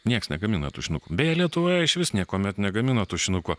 nieks negamina tušinukų beje lietuvoje išvis niekuomet negamino tušinukų